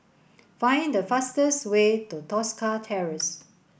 find the fastest way to Tosca Terrace